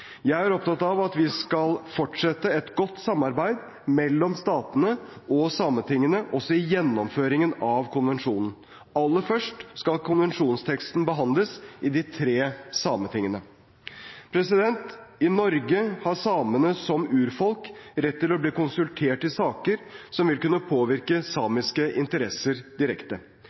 Jeg er opptatt av at vi skal fortsette et godt samarbeid mellom statene og sametingene også i gjennomføringen av konvensjonen. Aller først skal konvensjonsteksten behandles i de tre sametingene. I Norge har samene som urfolk rett til å bli konsultert i saker som vil kunne påvirke samiske interesser direkte.